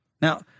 Now